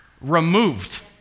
removed